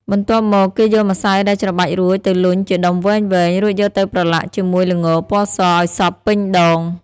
បន្ទាប់មក គេយកម្សៅដែលច្របាច់រួចទៅលុញជាដុំវែងៗ រួចយកទៅប្រឡាក់ជាមួយល្ងរពណ៌សឲ្យសព្វពេញដង។